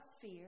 fear